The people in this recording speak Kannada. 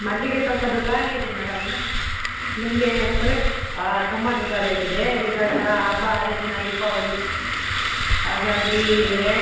ಮಲ್ಲಿಗೆ ಸ್ವಲ್ಪ ದುಬಾರಿ ಇದೆ ಮೇಡಮ್ಮು ನಿಮಗೆ ಪುರೆಸ್ ಆಂ ತುಂಬ ದುಬಾರಿ ಆಗಿದೆ ಈಗ ಎಲ್ಲ ಹಬ್ಬ ಹರಿದಿನ ದೀಪಾವಳಿ ಹಾಗಾಗಿ ರೇಟ್